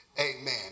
Amen